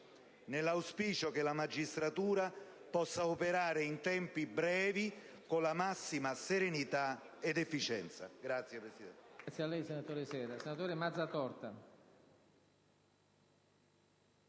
nell'auspicio che la magistratura possa operare in tempi brevi con la massima serenità ed efficienza.